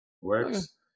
Works